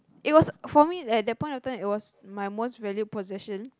it was for me at that point of time it was my most valued possession